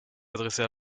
adresser